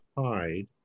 hide